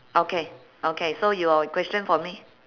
okay okay so your question for me